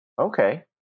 Okay